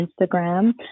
Instagram